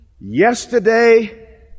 Yesterday